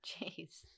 Jeez